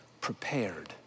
prepared